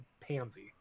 pansy